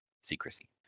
secrecy